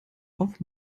auf